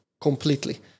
completely